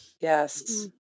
Yes